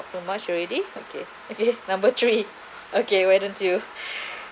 too much already okay okay number three okay why don't you